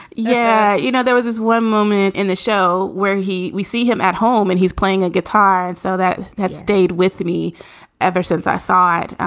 yeah. you know, there was this one moment in the show where he. we see him at home and he's playing a guitar. and so that has stayed with me ever since i saw it.